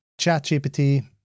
ChatGPT